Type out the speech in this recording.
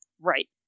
Right